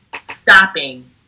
Stopping